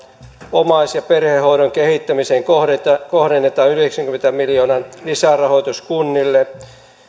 omais ja perhehoidon kehittämiseen kohdennetaan yhdeksänkymmenen miljoonan lisärahoitus kunnille